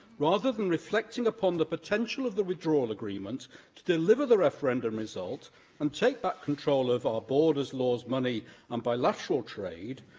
rather than reflecting upon the potential of the withdrawal agreement to deliver the referendum result and take back control of our borders, laws, money and bilateral trade,